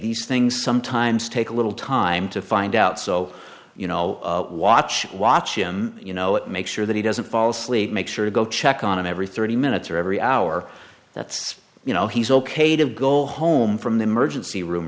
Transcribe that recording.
these things sometimes take a little time to find out so you know watch watch him you know it make sure that he doesn't fall asleep make sure you go check on him every thirty minutes or every hour that's you know he's ok to go home from the emergency room